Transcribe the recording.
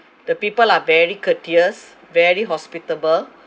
the people are very courteous very hospitable